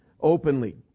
openly